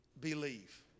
believe